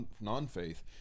non-faith